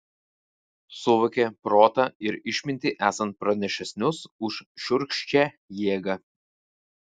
suvokė protą ir išmintį esant pranašesnius už šiurkščią jėgą